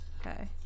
Okay